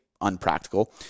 unpractical